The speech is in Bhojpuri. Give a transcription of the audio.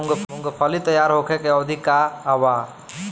मूँगफली तैयार होखे के अवधि का वा?